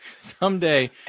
Someday